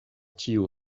ĉiu